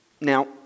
now